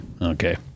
Okay